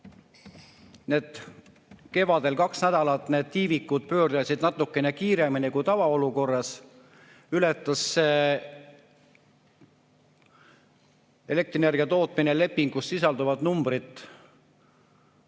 hetkel, kevadel, kui kaks nädalat need tiivikud pöörlesid natukene kiiremini kui tavaolukorras, ületas elektrienergia tootmine lepingus sisalduvat numbrit.